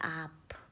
up